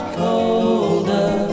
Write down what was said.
colder